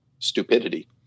stupidity